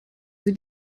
sie